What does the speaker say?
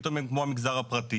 פתאום הם כמו המגזר הפרטי.